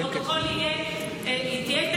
בפרוטוקול תהיה את האפשרות,